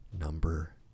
number